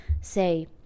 say